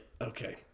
Okay